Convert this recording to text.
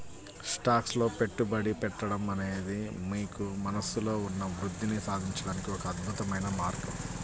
stocks లో పెట్టుబడి పెట్టడం అనేది మీకు మనస్సులో ఉన్న వృద్ధిని సాధించడానికి ఒక అద్భుతమైన మార్గం